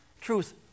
Truth